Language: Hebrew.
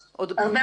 פחות.